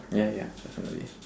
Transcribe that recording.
ya ya definitely